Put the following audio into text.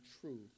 true